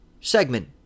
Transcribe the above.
segment